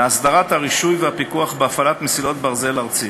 לאסדרת הרישוי והפיקוח בהפעלת מסילת ברזל ארצית.